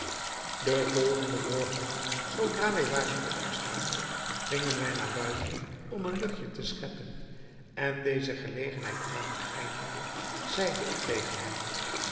den volgenden morgen zoodra wij waren opgestaan gingen wij naar buiten om een luchtje te scheppen en deze gelegenheid aangrijpende zeide ik tegen hen